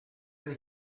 that